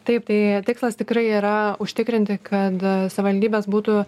taip tai tikslas tikrai yra užtikrinti kad savivaldybės būtų